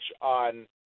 on